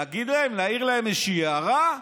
להגיד להם, להעיר להם איזושהי הערה,